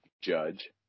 Judge